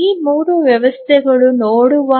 ಈ ಮೂರು ವ್ಯವಸ್ಥೆಗಳನ್ನು ನೋಡುವ